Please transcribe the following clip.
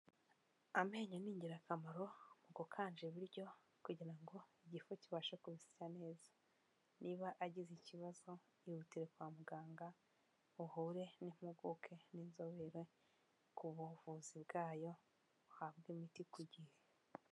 Amenyo ni ingirakamaro mu gukanja ibiryo kugira ngo igifu kibashe kubisya neza. Niba agize ikibazo ihutire kwa muganga uhure n'impuguke n'inzobere ku buvuzi bwayo uhabwe imiti ku gihe.